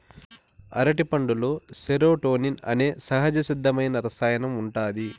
అరటిపండులో సెరోటోనిన్ అనే సహజసిద్ధమైన రసాయనం ఉంటాది